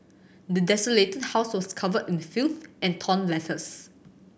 the desolated house was covered in filth and torn letters